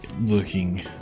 looking